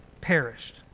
perished